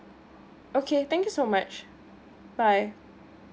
okay thank you so much bye